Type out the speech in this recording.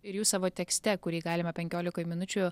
ir jūs savo tekste kurį galime penkiolikoj minučių